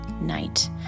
night